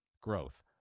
growth